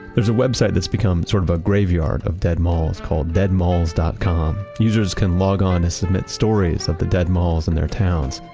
there's a website that's become sort of a graveyard of dead malls called deadmalls dot com. users can log on and submit stories of the dead malls in their towns.